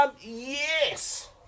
yes